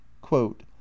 Quote